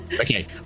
Okay